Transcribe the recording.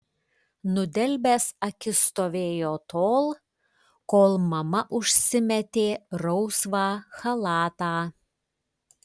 nudelbęs akis stovėjo tol kol mama užsimetė rausvą chalatą